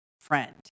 friend